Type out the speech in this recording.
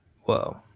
Whoa